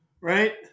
right